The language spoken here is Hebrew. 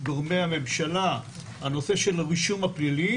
גורמי הממשלה בנושא של הרישום הפלילי,